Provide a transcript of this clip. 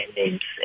names